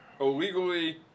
illegally